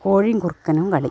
കോഴിയും കുറുക്കനും കളി